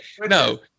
No